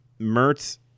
Mertz